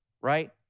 right